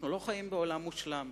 אנחנו לא חיים בעולם מושלם.